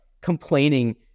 complaining